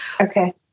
Okay